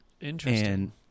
Interesting